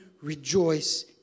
rejoice